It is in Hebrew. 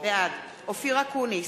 בעד אופיר אקוניס,